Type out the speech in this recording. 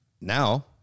Now